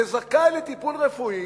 שזכאי לטיפול רפואי,